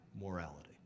morality